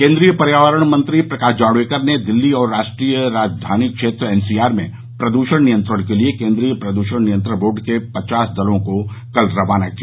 केन्द्रीय पर्यावरण मंत्री प्रकाश जावड़ेकर ने दिल्ली और राष्ट्रीय राजधानी क्षेत्र एनसीआर में प्रदूषण नियंत्रण के लिए केन्द्रीय प्रदूषण नियंत्रण बोर्ड के पचास दलों को कल रवाना किया